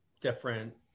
different